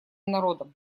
народом